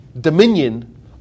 dominion